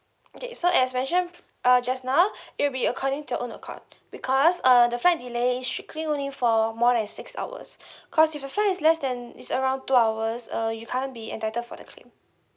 okay so as mentioned uh just now it'll be according to own accord because uh the flight delay should claim only for more than six hours cause if the flight is less than is around two hours uh you can't be entitled for the claim